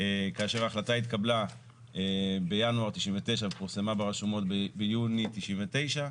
כאשר ההחלטה התקבלה בינואר 99' ופורסמה ברשומות ביוני 99'